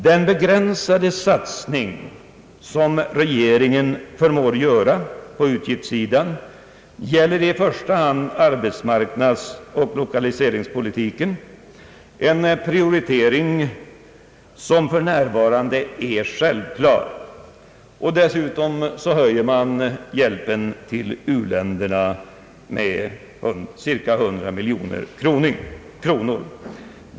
Den begränsade satsning som regeringen förmår göra på utgiftssidan gäller i första hand arbetsmarknaden och lokaliseringspolitiken, en prioritering som för närvarande är självklar. Dessutom höjer man hjälpen till u-länderna med cirka 100 miljoner kronor.